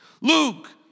Luke